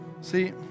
See